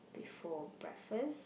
before breakfast